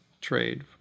trade